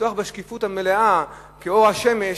לפתוח בשקיפות מלאה, כאור השמש,